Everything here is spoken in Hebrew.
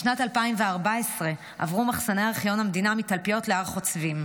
בשנת 2014 עברו מחסני ארכיון המדינה מתלפיות להר חוצבים.